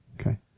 Okay